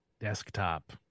desktop